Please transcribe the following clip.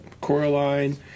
Coraline